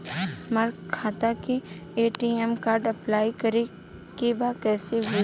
हमार खाता के ए.टी.एम कार्ड अप्लाई करे के बा कैसे होई?